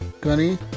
gunny